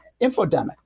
infodemic